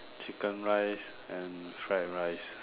chicken rice and fried rice